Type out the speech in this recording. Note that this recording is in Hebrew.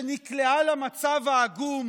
שנקלעה למצב העגום